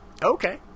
Okay